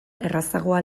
errazagoa